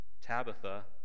Tabitha